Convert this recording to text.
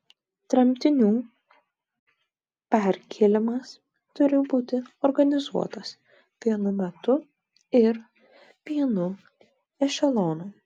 tremtinių perkėlimas turi būti organizuotas vienu metu ir vienu ešelonu